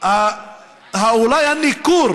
אולי הניכור